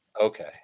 Okay